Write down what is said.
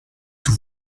d’où